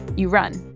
you run.